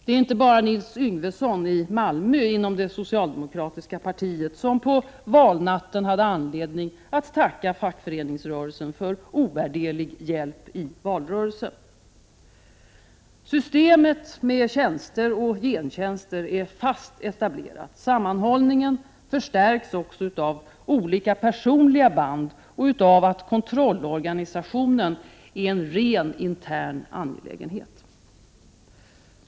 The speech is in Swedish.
Det är inte bara Nils Yngvesson i Malmö inom det socialdemokratiska partiet som på valnatten hade anledning att tacka fackföreningsrörelsen för ovärderlig hjälp i valrörelsen. Systemet med tjänster och gentjänster är fast etablerat. Sammanhållningen förstärks också av olika personliga band och av att kontrollorganisationen är en rent intern angelägenhet.